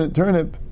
turnip